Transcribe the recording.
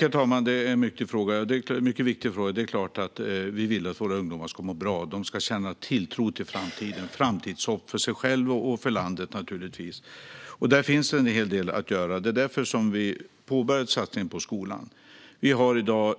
Herr talman! Det är en mycket viktig fråga. Det är klart att vi vill att våra ungdomar ska må bra. De ska känna tilltro till framtiden, framtidshopp för sig själva och för landet naturligtvis. Där finns en hel del att göra. Det är därför som vi påbörjat en satsning på skolan. Vi har i dag